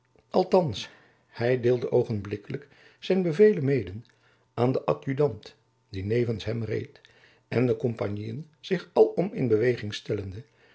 althands hy deelde oogenblikkelijk zijn bevelen mede aan den adjudant die nevens hem reed en de komjacob van lennep elizabeth musch pagniën zich alom in beweging stellende